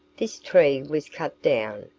this tree was cut down,